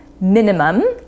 minimum